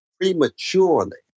prematurely